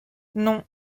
non